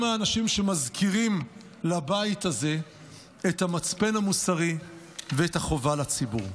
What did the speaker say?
הם האנשים שמזכירים לבית הזה את המצפן המוסרי ואת החובה לציבור.